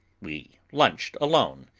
we lunched alone,